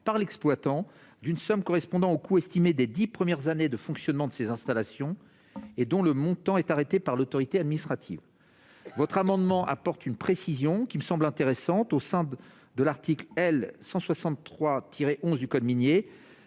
par l'exploitant, d'une somme correspondant au coût estimé des dix premières années de fonctionnement de ces installations et dont le montant est arrêté par l'autorité administrative. Votre amendement vise à apporter une précision qui me semble intéressante au sein de l'article L. 163-11 du code minier,